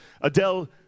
Adele